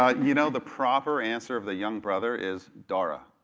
ah you know, the proper answer of the young brother is dara.